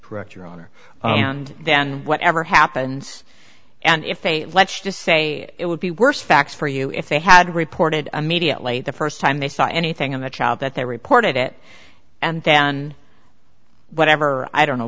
honor and then whatever happens and if they let's just say it would be worse facts for you if they had reported immediately the first time they saw anything on the child that they reported it and then whatever i don't know